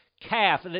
calf